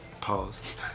Pause